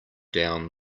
down